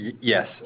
Yes